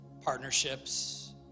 partnerships